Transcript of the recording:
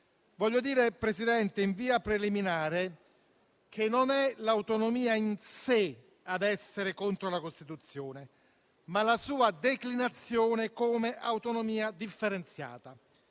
Voglio dire, Presidente, in via preliminare, che non è l'autonomia in sé ad essere contro la Costituzione, ma la sua declinazione come autonomia differenziata,